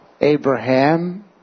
Abraham